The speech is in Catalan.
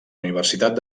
universitat